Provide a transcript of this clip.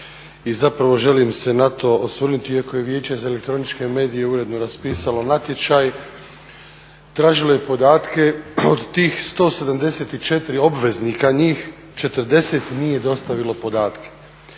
i zapravo želim se na to osvrnuti iako je Vijeće za elektroničke medije ujedno raspisalo natječaj, tražili podatke od tih 174 obveznika, njih 40 nije dostavilo podatke.